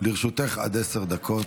לרשותך עד עשר דקות.